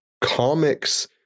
comics